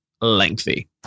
lengthy